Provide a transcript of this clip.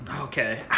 Okay